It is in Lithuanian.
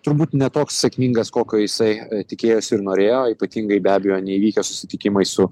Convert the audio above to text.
turbūt ne toks sėkmingas kokio jisai tikėjosi ir norėjo ypatingai be abejo neįvykę susitikimai su